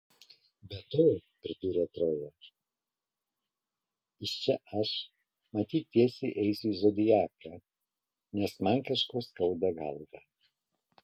be to pridūrė troja iš čia aš matyt tiesiai eisiu į zodiaką nes man kažko skauda galvą